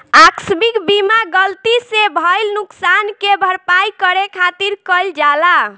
आकस्मिक बीमा गलती से भईल नुकशान के भरपाई करे खातिर कईल जाला